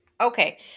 Okay